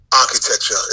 architecture